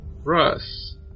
Russ